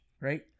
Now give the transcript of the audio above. right